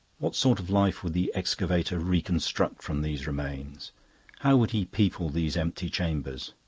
what sort of life would the excavator reconstruct from these remains how would he people these empty chambers?